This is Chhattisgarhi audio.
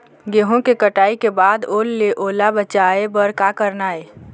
गेहूं के कटाई के बाद ओल ले ओला बचाए बर का करना ये?